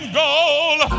gold